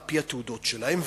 על-פי התעודות שלהם,